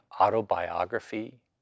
autobiography